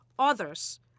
others